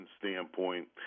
standpoint